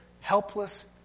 helpless